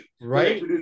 Right